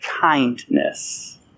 kindness